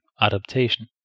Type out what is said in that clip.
adaptation